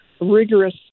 rigorous